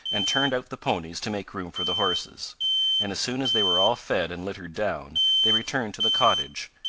and turned out the ponies to make room for the horses and as soon as they were all fed and littered down, they returned to the cottage,